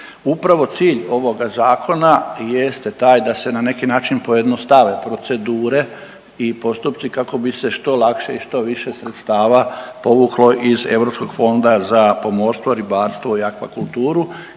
Upravo cilj ovoga zakona jeste taj da se na neki način pojednostave procedure i postupci kako bi se što lakše i što više sredstava povuklo iz Europskog fonda za pomorstvo, ribarstvo i akvakulturu